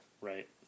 Right